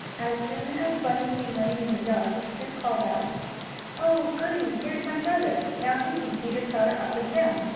as soon as bunny came running in the yard, sue called out oh, goodie! here's my brother. now he can teeter-tauter up and down.